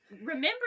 Remember